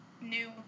new